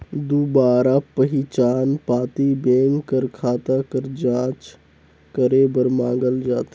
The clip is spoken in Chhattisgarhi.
दुबारा पहिचान पाती बेंक कर खाता कर जांच करे बर मांगल जाथे